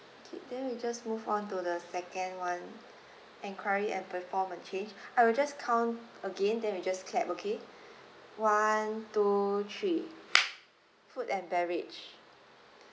okay then we just move on to the second one inquiry and perform a change I will just count again then we just clap okay one two three food and beverage